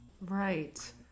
Right